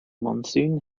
monsoon